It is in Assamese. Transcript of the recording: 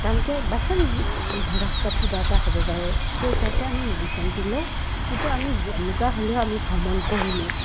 কাৰণ কি বাই চাঞ্চ ৰাস্তাত কিবা এটা হ'ব পাৰে সেইকাৰণতে আমি মেডিচিনটো লওঁ কিন্তু আমি যেনেকুৱা হ'লেও আমি ভ্ৰমণ কৰিমেই